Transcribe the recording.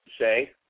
say